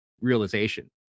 realization